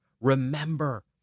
Remember